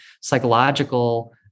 psychological